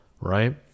right